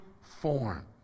form